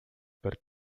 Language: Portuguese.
perto